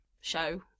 show